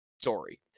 Story